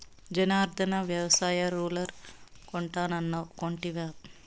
జనార్ధన, వ్యవసాయ రూలర్ కొంటానన్నావ్ కొంటివా